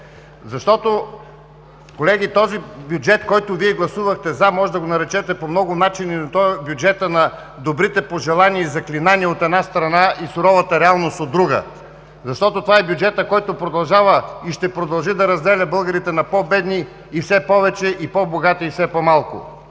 Защото, колеги, този бюджет, който Вие гласувахте „за“, можете да го наречете по много начини, но той е бюджета на добрите пожелания и заклинания, от една страна, и суровата реалност, от друга. Защото това е бюджетът, който продължава и ще продължи да разделя българите на по-бедни и все повече, и по богати и все по-малко.